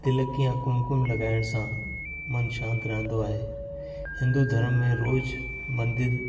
तिलक या कुमकुम लॻाइण सां मन शांति रहंदो आहे हिंदू धरम में रोज़ु मंदरु